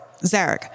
Zarek